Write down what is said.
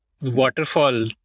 waterfall